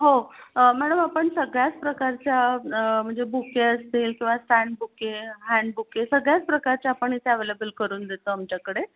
हो मॅडम आपण सगळ्याच प्रकारच्या म्हणजे बुके असतील किंवा स्टँड बुके हँड बुके सगळ्याच प्रकारच्या आपण इथे अवेलेबल करून देतो आमच्याकडे